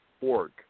org